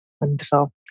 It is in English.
Wonderful